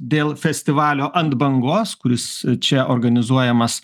dėl festivalio ant bangos kuris čia organizuojamas